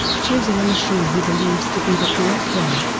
choosing a machine he believes to be the correct one,